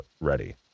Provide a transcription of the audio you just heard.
ready